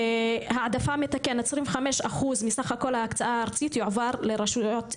העדפה מתקנת 25 אחוז בסך הכול ההקצאה הארצית יועבר לרשויות הערביות,